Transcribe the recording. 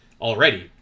already